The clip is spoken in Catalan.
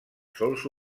sols